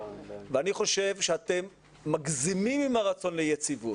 אני חושב שאתם מגזימים עם הרצון ליציבות.